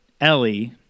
ellie